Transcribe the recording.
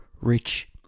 Rich